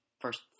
first